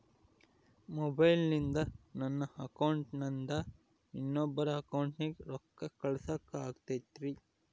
ಮೊಬೈಲಿಂದ ನನ್ನ ಅಕೌಂಟಿಂದ ಇನ್ನೊಬ್ಬರ ಅಕೌಂಟಿಗೆ ರೊಕ್ಕ ಕಳಸಾಕ ಆಗ್ತೈತ್ರಿ?